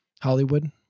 Hollywood